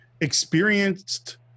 experienced